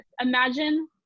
imagine